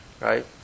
right